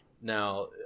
Now